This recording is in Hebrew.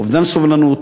ואובדן סובלנות,